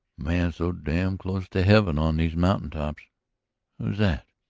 man's so damn close to heaven on these mountain tops. who's that?